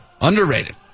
Underrated